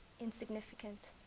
insignificant